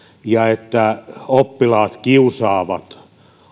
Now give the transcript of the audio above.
ja että oppilaat kiusaavat